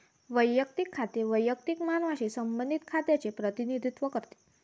वैयक्तिक खाते वैयक्तिक मानवांशी संबंधित खात्यांचे प्रतिनिधित्व करते